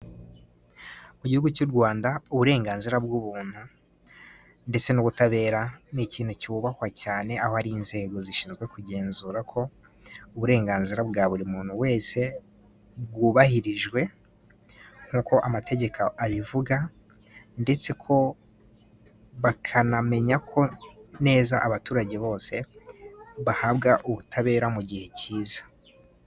Mu gihugu cy'u Rwanda uburenganzira bw'umuntu ndetse n'ubutabera, ni ikintu cyubahwa cyane, aho ari inzego zishinzwe kugenzura ko uburenganzira bwa buri muntu wese bwubahirijwe, nkuko amategeko abivuga. Ndetse ko bakanamenya ko neza abaturage bose bahabwa ubutabera mu gihe kiza.